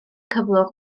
cyflwr